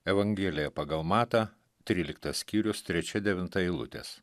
evangelija pagal matą tryliktas skyrius trečia devinta eilutės